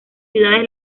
ciudades